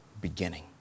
beginning